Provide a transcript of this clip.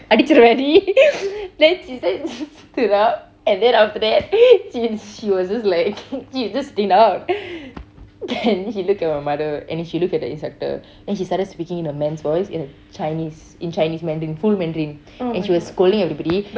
அடிச்சுருவேன்டி:atichuruvendi then she said then he look at my mother and then she look at the instructor then she started speaking in a man's voice in chinese in chinese mandarin full mandarin and she was scolding everybody